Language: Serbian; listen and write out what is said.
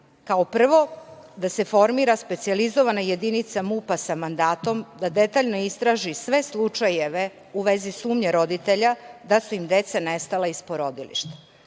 Kao prvo, da se formira specijalizovana jedinica MUP-a sa mandatom da detaljno istraži sve slučajeve u vezi sumnje roditelja da su im deca nestala iz porodilišta.